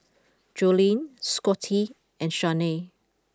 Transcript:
Jolene Scottie and Shanae